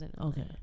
Okay